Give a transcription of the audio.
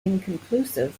inconclusive